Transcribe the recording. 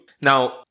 Now